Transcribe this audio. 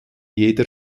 jeder